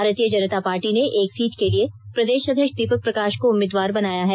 भारतीय जनता पार्टी ने एक सीट के लिए प्रदेष अध्यक्ष दीपक प्रकाष को उम्मीदवार बनाया है